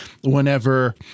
whenever